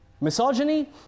misogyny